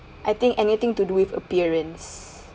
I think anything to do with appearance